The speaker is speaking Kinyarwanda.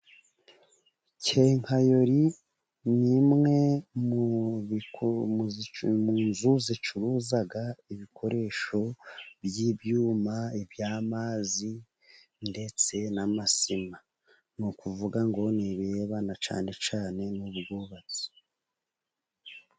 Kenkayori ni imwe mu nzu zicuruza ibikoresho by'ibyuma n'amazi ndetse na masima. Ni ukuvuga ngo nibirebana cyane cyane n'ubwubatsi.